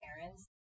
parents